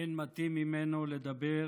אין מתאים ממנו לדבר